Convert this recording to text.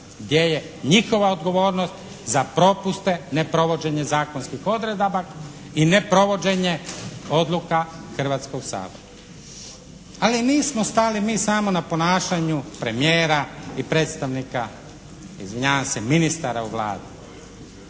gdje je njihova odgovornost za propuste, neprovođenje zakonskih odredaba i neprovođenje odluka Hrvatskog sabora. Ali nismo stali mi samo na ponašanju premijera i predstavnika, izvinjavam se ministara u Vladi.